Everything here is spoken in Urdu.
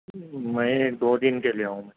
میں ایک دو دن کے لیے ہوں